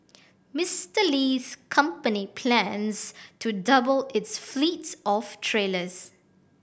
Mister Li's company plans to double its fleet of trailers